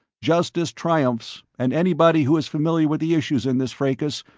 justice triumphs, and anybody who is familiar with the issues in this fracas,